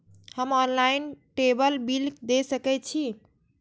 हम online table bill दे सके छी?